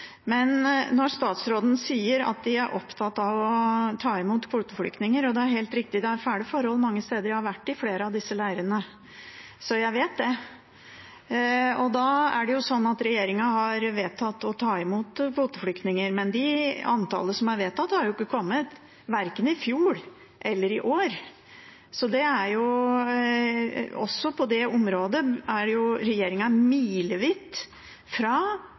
Statsråden sier at de er opptatt av å ta imot kvoteflyktninger, og det er helt riktig at det er fæle forhold mange steder. Jeg har vært i flere av disse leirene, så jeg vet det. Regjeringen har vedtatt å ta imot kvoteflyktninger, men det antallet som er vedtatt, har jo ikke kommet, verken i fjor eller i år, så også på det området er jo regjeringen milevidt fra